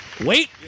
Wait